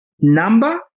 number